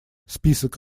список